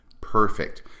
perfect